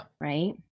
right